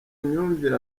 myumvire